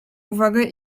uwagę